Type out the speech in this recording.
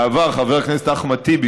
בעבר חבר הכנסת אחמד טיבי,